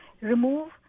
remove